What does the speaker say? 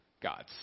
gods